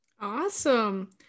Awesome